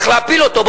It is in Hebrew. צריך להפיל אותו,